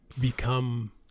become